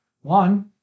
One